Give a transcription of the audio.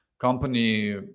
company